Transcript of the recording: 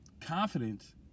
confidence